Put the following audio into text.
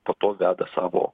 po to veda savo